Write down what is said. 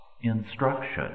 Instruction